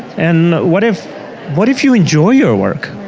and what if what if you enjoy your work?